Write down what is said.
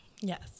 Yes